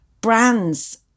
brand's